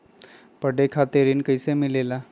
पढे खातीर ऋण कईसे मिले ला?